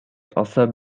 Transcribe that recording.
also